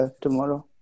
tomorrow